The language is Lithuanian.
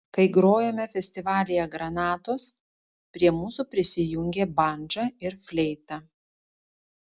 kai grojome festivalyje granatos prie mūsų prisijungė bandža ir fleita